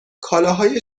کالاهای